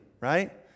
right